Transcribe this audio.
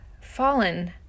fallen